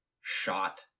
shot